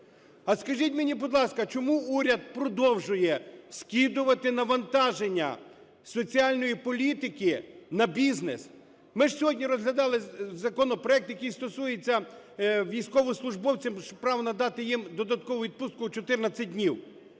А скажіть мені, будь ласка, чому уряд продовжує скидати навантаження з соціальної політики на бізнес? Ми ж сьогодні розглядали законопроект, який стосується військовослужбовців, право надати їм додаткову відпустку у 14 днів.